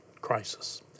crisis